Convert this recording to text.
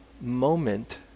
moment